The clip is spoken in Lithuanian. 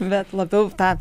bet labiau į tą